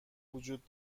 وجود